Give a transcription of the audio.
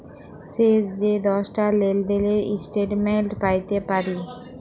শেষ যে দশটা লেলদেলের ইস্ট্যাটমেল্ট প্যাইতে পারি